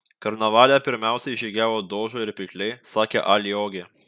karnavale pirmiausiai žygiavo dožai ir pirkliai sakė a liogė